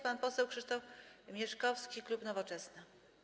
Pan poseł Krzysztof Mieszkowski, klub Nowoczesna.